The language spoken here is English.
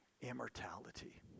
immortality